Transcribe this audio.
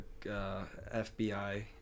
FBI